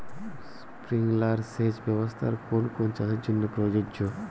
Sprinkler সেচ ব্যবস্থার কোন কোন চাষের জন্য প্রযোজ্য?